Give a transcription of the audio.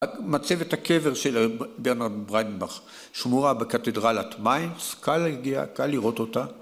‫מ